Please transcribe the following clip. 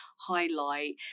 highlight